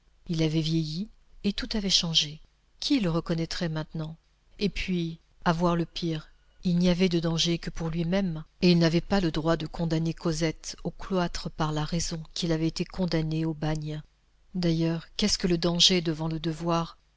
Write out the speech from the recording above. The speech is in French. il avait vieilli et tout avait changé qui le reconnaîtrait maintenant et puis à voir le pire il n'y avait de danger que pour lui-même et il n'avait pas le droit de condamner cosette au cloître par la raison qu'il avait été condamné au bagne d'ailleurs qu'est-ce que le danger devant le devoir